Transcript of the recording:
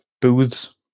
Booth's